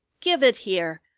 give it here.